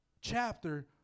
chapter